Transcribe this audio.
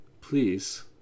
please